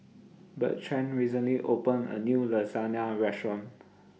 Bertrand recently opened A New Lasagne Restaurant